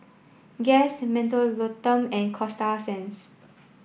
guess Mentholatum and Coasta Sands